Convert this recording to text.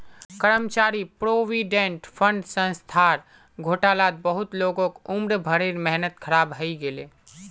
कर्मचारी provident fund संस्थार घोटालात बहुत लोगक उम्र भरेर मेहनत ख़राब हइ गेले